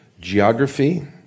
geography